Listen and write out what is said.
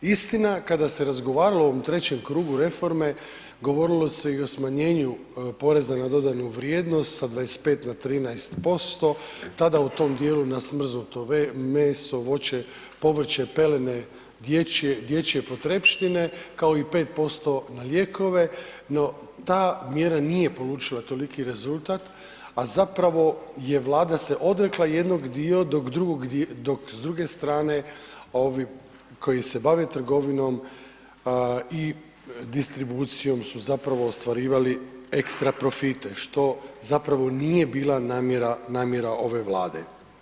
Istina, kada se razgovaralo o ovom trećem krugu reforme, govorilo se i o smanjenju poreza na dodanu vrijednost sa 25 na 13%, tada u tom dijelu na smrznuto meso, voće, povrće, pelene, dječje, dječje potrepštine, kao i 5% na lijekove, no ta mjera nije polučila toliki rezultat, a zapravo je Vlada se odrekla jednog dio, dok drugog, dok s druge strane ovi koji se bave trgovinom i distribucijom su zapravo ostvarivali ekstra profite, što zapravo nije bila namjera, namjera ove Vlade.